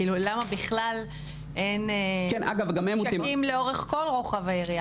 כאילו למה בכלל אין ממשקים לאורך כל רוחב היריעה?